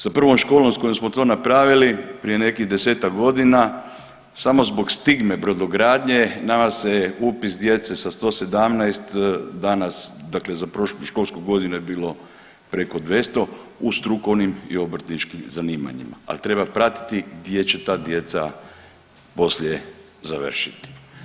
S prvom školom s kojom smo to napravili prije nekih 10-ak godina samo zbog stigme brodogradnje nama se upis djece sa 117 danas, dakle za prošlu godinu je bilo preko 200 u strukovnim i obrtničkim zanimanjima, ali treba pratiti gdje će ta djeca poslije završiti.